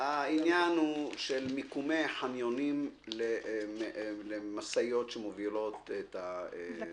העניין הוא של מיקומי חניונים למשאיות שמובילות את הדלק.